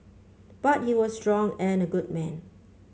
but he was strong and a good man